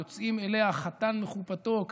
ויוצאים אליה חתן מחופתו,